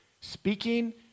speaking